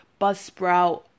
Buzzsprout